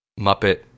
Muppet